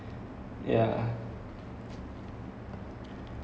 then after that like the same sort of movie started coming out